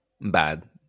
bad